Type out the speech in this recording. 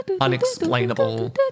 unexplainable